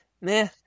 meh